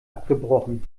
abgebrochen